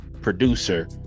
Producer